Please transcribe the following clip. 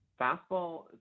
Fastball